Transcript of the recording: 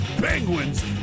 penguins